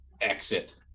exit